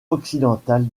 occidental